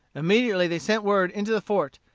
immediately they sent word into the fort,